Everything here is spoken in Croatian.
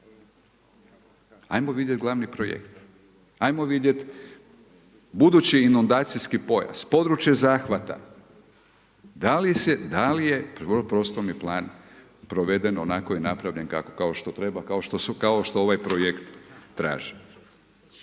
ajmo vidjeti glavni projekt. Ajmo vidjeti budući inundacijski pojas, područje zahvata, da li je prostorni plan proveden onako i napravljen kao što treba, kao što ovaj projekt traži.